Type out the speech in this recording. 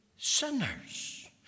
sinners